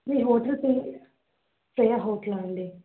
మీ hotel పేరు Shreya hotel అండి